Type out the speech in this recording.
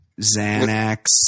Xanax